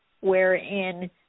wherein